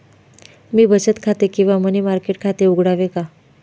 मी बचत खाते किंवा मनी मार्केट खाते उघडावे का?